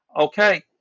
okay